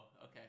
okay